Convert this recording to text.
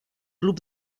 club